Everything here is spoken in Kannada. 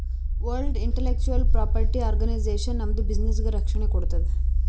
ವರ್ಲ್ಡ್ ಇಂಟಲೆಕ್ಚುವಲ್ ಪ್ರಾಪರ್ಟಿ ಆರ್ಗನೈಜೇಷನ್ ನಮ್ದು ಬಿಸಿನ್ನೆಸ್ಗ ರಕ್ಷಣೆ ಕೋಡ್ತುದ್